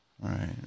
Right